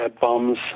bombs